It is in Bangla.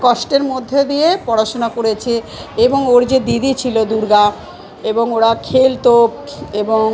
কষ্টের মধ্যে দিয়ে পড়াশুনা করেছে এবং ওর যে দিদি ছিল দুর্গা এবং ওরা খেলতো এবং